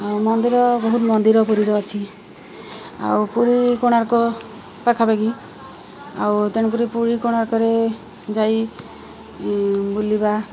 ଆଉ ମନ୍ଦିର ବହୁତ ମନ୍ଦିର ପୁରୀର ଅଛି ଆଉ ପୁରୀ କୋଣାର୍କ ପାଖାପାଖି ଆଉ ତେଣୁ କରି ପୁରୀ କୋଣାର୍କରେ ଯାଇ ବୁଲିବା